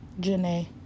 Janae